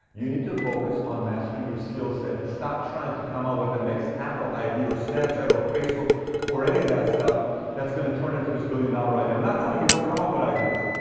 you need to focus on mastering your skill set and stop trying to come out with the next apple idea or snapchat or facebook or any of that stuff that's going to turn into this billion dollar idea. i'm not telling you don't come up with ideas.